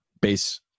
base